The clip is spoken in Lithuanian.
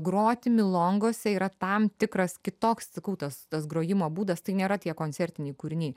groti milongose yra tam tikras kitoks sakau tas tas grojimo būdas tai nėra tie koncertiniai kūriniai